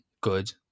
good